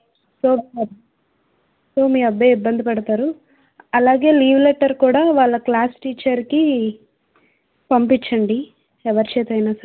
so మీ అబ్బాయి ఇబ్బంది పెడతారు అలాగే లీవ్ లెటర్ కూడా వాళ్ళ క్లాస్ టీచర్ కి పంపించండి ఎవరి చేతైనా సరే